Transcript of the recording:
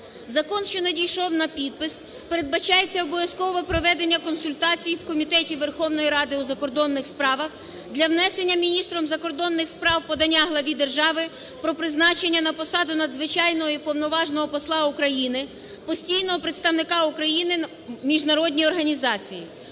Закон, що надійшов на підпис, передбачається обов'язкове проведення консультацій в Комітеті Верховної Ради у закордонних справах для внесення міністром закордонних справ подання Главі держави про призначення на посаду Надзвичайного і Повноважного посла України, Постійного представника України в міжнародній організації.